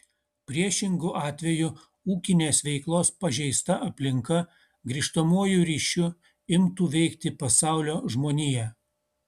priešingu atveju ūkinės veiklos pažeista aplinka grįžtamuoju ryšiu imtų veikti pasaulio žmoniją